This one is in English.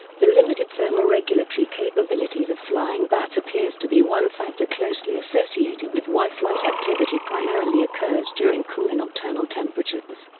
the limited thermoregulatory capabilities of flying bats appears to be one factor closely associated with why flight activity primarily occurs during cooler nocturnal temperatures.